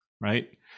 right